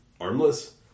armless